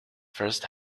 first